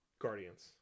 Guardians